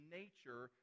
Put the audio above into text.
nature